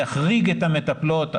להחריג את המטפלות.